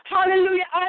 Hallelujah